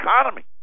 economy